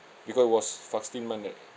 because it was fasting month right